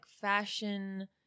fashion